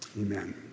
Amen